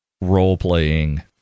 Role-playing